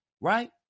right